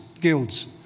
guilds